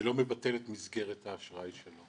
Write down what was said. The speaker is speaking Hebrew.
זה לא מבטל את מסגרת האשראי.